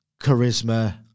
charisma